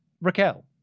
Raquel